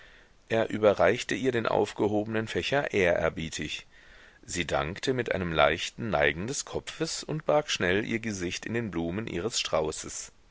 er überreichte ihr den aufgehobenen fächer ehrerbietig sie dankte mit einem leichten neigen des kopfes und barg schnell ihr gesicht in den blumen ihres straußes